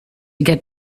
get